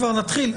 נתחיל.